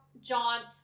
jaunt